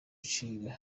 nshinga